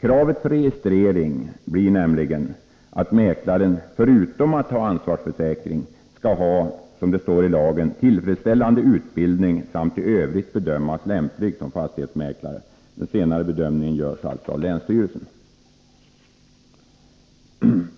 Kravet för registrering blir nämligen att mäklaren förutom ansvarsförsäkring skall, som det står i lagförslaget, ha tillfredsställande utbildning samt i övrigt bedömas lämplig som fastighetsmäklare — den senare bedömningen skall göras av länsstyrelsen.